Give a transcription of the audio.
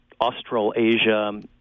Australasia